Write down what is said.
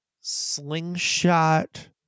slingshot